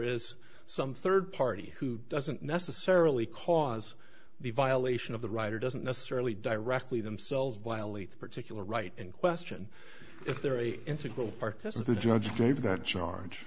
is some third party who doesn't necessarily cause the violation of the right or doesn't necessarily directly themselves violate the particular right in question if they're a integral part of the judge gave that charge